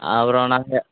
அப்பறம் நாங்கள்